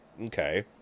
okay